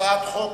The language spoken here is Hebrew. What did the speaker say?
חבר הכנסת כבל,